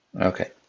Okay